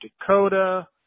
Dakota